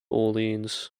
orleans